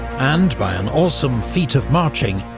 and by an awesome feat of marching,